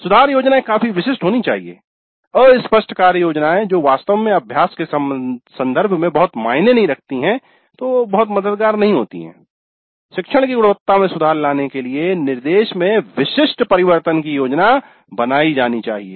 सुधार योजनाएं काफी विशिष्ट होनी चाहिए अस्पष्ट कार्य योजनाएँ जो वास्तव में अभ्यास के संदर्भ में बहुत मायने नहीं रखती हैं बहुत मददगार नहीं होती हैं शिक्षण की गुणवत्ता में सुधार लाने के लिए निर्देश में विशिष्ट परिवर्तन की योजना बनाई जानी चाहिए